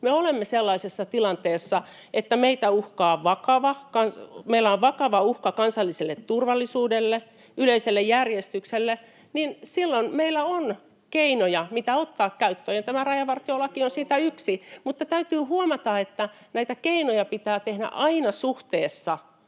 me olemme sellaisessa tilanteessa, että meillä on vakava uhka kansalliselle turvallisuudelle tai yleiselle järjestykselle, niin silloin meillä on keinoja, mitä ottaa käyttöön, [Juha Mäenpää: Eikö nyt ole?] ja tämä rajavartiolaki on yksi, mutta täytyy huomata, että näitä keinoja pitää tehdä aina suhteessa